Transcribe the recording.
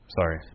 Sorry